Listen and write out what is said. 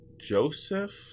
Joseph